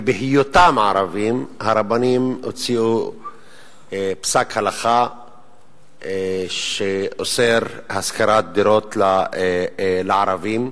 ובהיותם ערבים הרבנים הוציאו פסק הלכה שאוסר השכרת דירות לערבים.